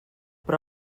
però